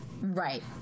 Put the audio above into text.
right